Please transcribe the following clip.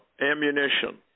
ammunition